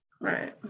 Right